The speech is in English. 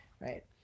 right